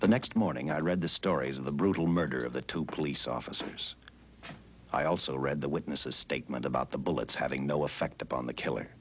the next morning i read the stories of the brutal murder of the two police officers i also read the witnesses statement about the bullets having no effect upon the kill